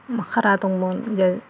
मोख्रा दंमोन